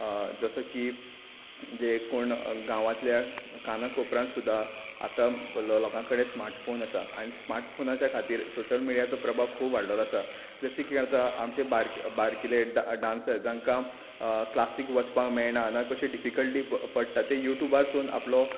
जसो की म्हणजे एकूण गांवांतल्या काना कोपऱ्यांत सुद्दां आतां लोकां कडेन स्मार्ट फोन आसा आनी स्मार्ट फोनाच्या खातीर सोशल मिडियाचो प्रभाव खूब वाडलेलो आसा जशे की आतां आमचे बार बारकिले डान्सर्स जांकां क्लासीक वचपाक मेळना ना कश्यो डिफिकल्टी पडटा ते युटुबारसून आपलो